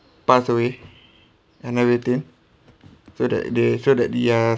pass away and everything so that they feel that the uh